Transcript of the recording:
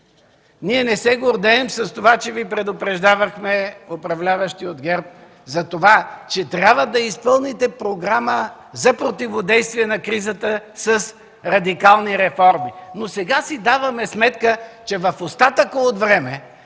Ние не се гордеем с това, че Ви предупреждавахме, управляващи от ГЕРБ, за това, че трябва да изпълните програма за противодействие на кризата с радикални реформи. Но сега си даваме сметка, че в остатъка от време